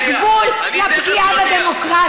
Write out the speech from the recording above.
יש גבול לפגיעה בדמוקרטיה.